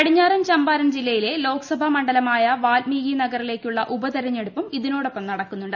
പടിഞ്ഞാറൻ ചമ്പാരൻ ജില്ലയിലെ ലോക് സഭാ മണ്ഡലമായ വാൽമീകി നഗറിലേക്കുള്ള ഉപതിരഞ്ഞെടുപ്പും ഇതിനൊപ്പം നടക്കുന്നുണ്ട്